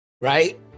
Right